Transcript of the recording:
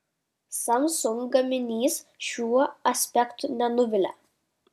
samsung gaminys šiuo aspektu nenuvilia